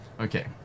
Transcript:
Okay